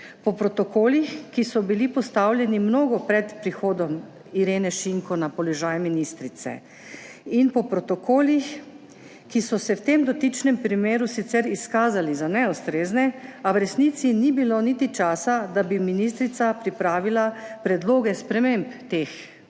po protokolih, ki so bili postavljeni mnogo pred prihodom Irene Šinko na položaj ministrice, in po protokolih, ki so se v tem dotičnem primeru sicer izkazali za neustrezne, a v resnici ni bilo niti časa, da bi ministrica pripravila predloge sprememb teh